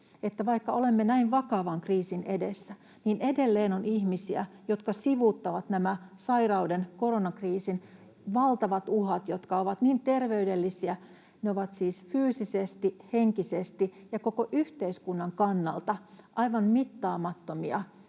vaikka olemme näin vakavan kriisin edessä, niin edelleen on ihmisiä, jotka sivuuttavat nämä sairauden, koronakriisin, valtavat uhat, jotka ovat terveydellisesti, siis fyysisesti, henkisesti ja koko yhteiskunnan kannalta aivan mittaamattomia,